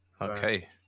okay